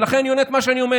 ולכן אני עונה את מה שאני עונה